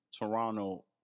Toronto